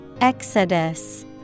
Exodus